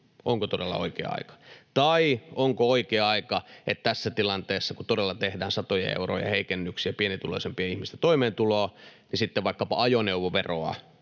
Onko todella oikea aika? Tai onko oikea aika, että tässä tilanteessa, kun todella tehdään satojen eurojen heikennyksiä pienituloisimpien ihmisten toimeentuloon, sitten vaikkapa ajoneuvoveroa